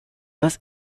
was